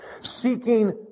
Seeking